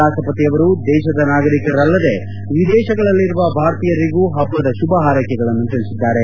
ರಾಷ್ಷಪತಿಯವರು ದೇಶದ ನಾಗರೀಕರಲ್ಲದೆ ವಿದೇಶಗಳಲ್ಲಿರುವ ಭಾರತೀಯರಿಗೂ ಹಬ್ಬದ ಶುಭ ಹಾರ್ಕೆಕೆಗಳನ್ನು ತಿಳಿಸಿದ್ದಾರೆ